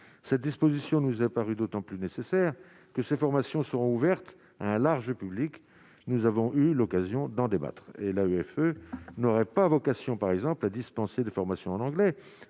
cette disposition nous a paru d'autant plus nécessaire que ces formations seront ouvertes à un large public, nous avons eu l'occasion d'en débattre et la greffe n'aurait pas vocation, par exemple à dispenser des formations en anglais